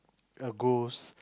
a ghost